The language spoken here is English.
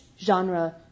genre